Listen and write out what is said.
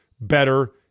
better